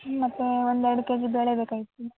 ಮತ್ತು ಒಂದು ಎರಡು ಕೆ ಜಿ ಬೇಳೆ ಬೇಕಾಗಿತ್ತು